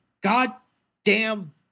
goddamn